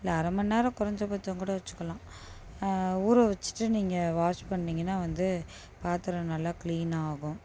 இல்லை அரை மணிநேரம் குறஞ்சபட்சம் கூட வச்சுக்கலாம் ஊற வச்சிட்டு நீங்கள் வாஷ் பண்ணீங்கன்னால் வந்து பாத்திரம் நல்லா க்ளீன் ஆகும்